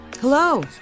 Hello